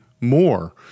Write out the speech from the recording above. more